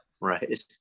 Right